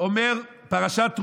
פרשת תרומה.